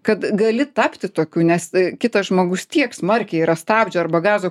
kad gali tapti tokiu nes kitas žmogus tiek smarkiai yra stabdžio arba gazo